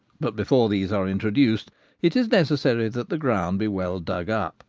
but before these are introduced it is necessary that the ground be well dug up,